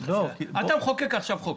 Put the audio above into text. אתה מחוקק עכשיו חוק.